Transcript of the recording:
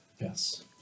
yes